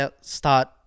start